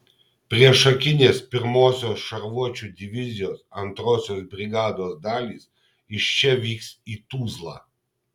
priešakinės pirmosios šarvuočių divizijos antrosios brigados dalys iš čia vyks į tuzlą